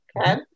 Okay